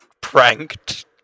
Pranked